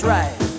right